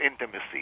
intimacy